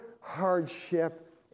hardship